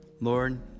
Lord